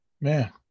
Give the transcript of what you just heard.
man